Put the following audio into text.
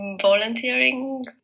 volunteering